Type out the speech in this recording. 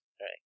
Right